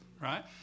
Right